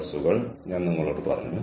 ഈ പേപ്പറുകൾ ഞാൻ കാണിക്കാം